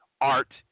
art